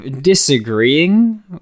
disagreeing